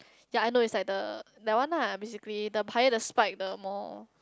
ya I know it's like the that one ah basically the higher the spike the more